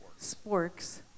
sporks